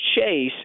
chase